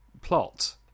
plot